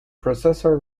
processor